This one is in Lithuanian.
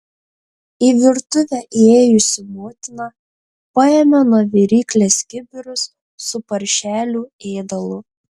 į virtuvę įėjusi motina paėmė nuo viryklės kibirus su paršelių ėdalu